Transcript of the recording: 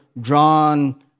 drawn